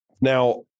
Now